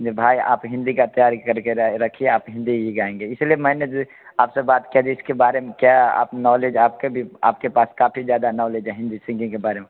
ये भाई आप हिंदी का तैयारी कर के रखिए आप हिंदी ही गाएंगे इस लिए मैंने ये आप से बात किया जे इसके बारे में क्या आप नॉलेज आपके भी आपके पास काफ़ी ज़्यादा नौलेज है हिंदी सिंगिंग के बारे में